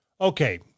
Okay